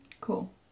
Cool